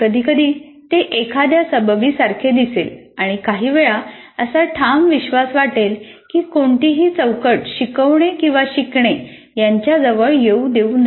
कधीकधी ते एखाद्या सबबीसारखे दिसेल आणि काहीवेळा असा ठाम विश्वास वाटेल की कोणतीही चौकट शिकवणे आणि शिकणे यांच्याजवळ येऊ देऊ नये